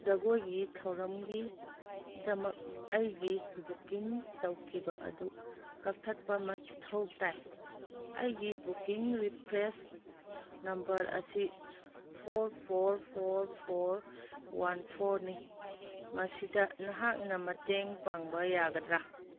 ꯖꯒꯣꯏꯒꯤ ꯊꯧꯔꯝꯒꯤꯗꯃꯛ ꯑꯩꯒꯤ ꯕꯨꯛꯀꯤꯡ ꯇꯧꯈꯤꯕ ꯑꯗꯨ ꯀꯛꯊꯠꯄ ꯃꯊꯧ ꯇꯥꯏ ꯑꯩꯒꯤ ꯕꯨꯛꯀꯤꯡ ꯔꯤꯐ꯭ꯔꯦꯟꯁ ꯅꯝꯕꯔ ꯑꯁꯤ four four four four one ꯐꯣꯔꯅꯤ ꯃꯁꯤꯗ ꯅꯍꯥꯛꯅ ꯃꯇꯦꯡ ꯄꯥꯡꯕ ꯌꯥꯒꯗ꯭ꯔꯥ